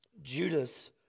Judas